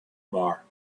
bar